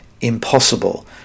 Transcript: Impossible